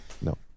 No